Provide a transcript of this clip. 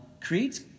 creates